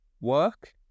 work